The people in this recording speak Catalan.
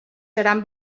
seran